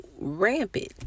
rampant